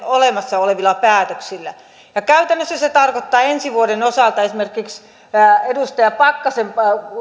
olemassa olevilla päätöksillä käytännössä se tarkoittaa ensi vuoden osalta että esimerkiksi edustaja pakkasen